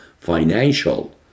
financial